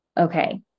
Okay